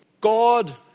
God